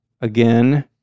again